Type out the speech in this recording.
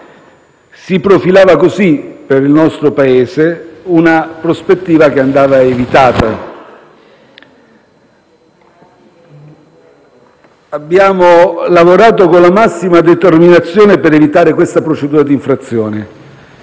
Si profilava così per il nostro Paese una prospettiva che andava evitata. Abbiamo lavorato con la massima determinazione per evitare la procedura di infrazione,